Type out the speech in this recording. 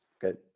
Good